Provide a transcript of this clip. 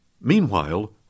Meanwhile